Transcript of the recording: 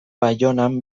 baionan